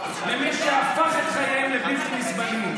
למי שהפך את חייהם לבלתי נסבלים?